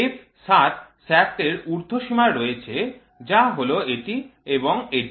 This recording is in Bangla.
f 7 শাফ্টের ঊর্ধ্ব সীমা রয়েছে যা হল এটি এবং এটি